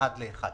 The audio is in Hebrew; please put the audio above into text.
אחד לאחד.